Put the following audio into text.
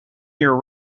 year